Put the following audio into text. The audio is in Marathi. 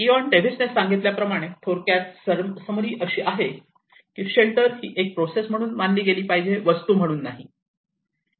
इयान डेव्हिस ने सांगितल्याप्रमाणे थोडक्यात समरी अशी आहे की शेल्टर ही एक प्रोसेस म्हणून मानली गेली पाहिजे वस्तू म्हणून नाही